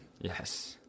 Yes